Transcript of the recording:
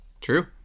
True